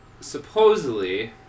Supposedly